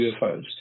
UFOs